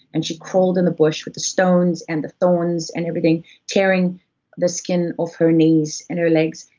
and she crawled in the bush with the stones and the thorns and everything tearing the skin of her knees and her legs,